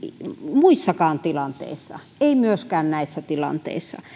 muissakaan tilanteissa ei myöskään näissä tilanteissa